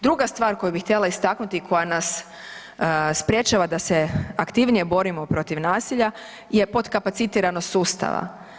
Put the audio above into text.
Druga stvar koju bi htjela istaknuti, koja nas sprječava da se aktivnije borimo protiv nasilja je potkapacitiranost sustava.